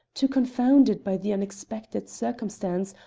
too confounded by the unexpected circumstance,